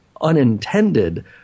unintended